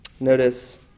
Notice